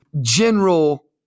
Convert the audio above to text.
General